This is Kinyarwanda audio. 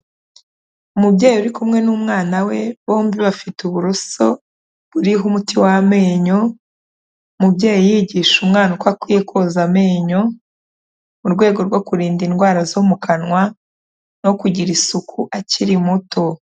Umubyeyi uri kumwe n'umwana we bombi bafite uburoso buriho umuti w'amenyo, umubyeyi yigisha umwana uko akwiye koza amenyo mu rwego rwo kurinda indwara zo mu kanwa no kugira isuku akiri muto.